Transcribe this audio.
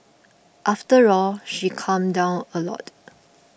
after all she calmed down a lot